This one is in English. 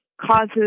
causes